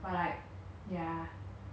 你讲你要 bake 那个 cake 可是